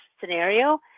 scenario